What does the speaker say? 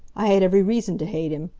i had every reason to hate him.